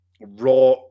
raw